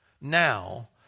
now